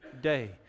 day